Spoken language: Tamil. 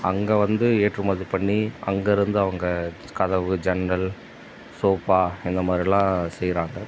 அங்கே வந்து ஏற்றுமதி பண்ணி அங்கிருந்து அங்கே கதவு ஜன்னல் சோஃபா இந்த மாதிரிலாம் செய்கிறாங்க